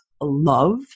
love